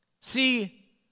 See